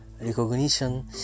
recognition